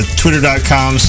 twitter.com